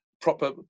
proper